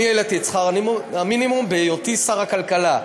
אני העליתי את שכר המינימום בהיותי שכר הכלכלה.